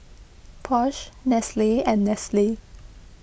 Porsche Nestle and Nestle